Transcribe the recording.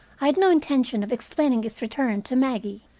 i had no intention of explaining its return to maggie.